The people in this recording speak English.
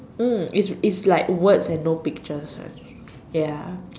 mm it's it's like words and no pictures ya